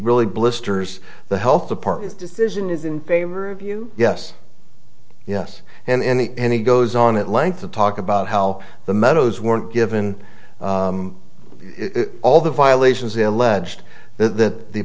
really blisters the health department's decision is in favor of you yes yes and in the end he goes on at length to talk about how the meadows weren't given all the violations in alleged that the